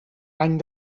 any